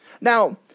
Now